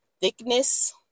thickness